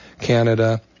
Canada